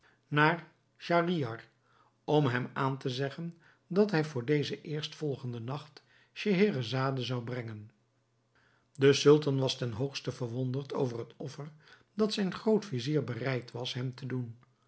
naar schahriar om hem aan te zeggen dat hij voor den eerstvolgenden nacht scheherazade zou brengen de sultan was ten hoogste verwonderd over het offer dat zijn groot-vizier bereid was hem te doen